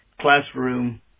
classroom